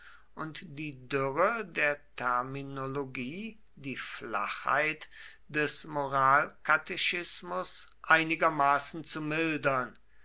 und die dürre der terminologie die flachheit des moralkatechismus einigermaßen zu mildern